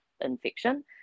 infection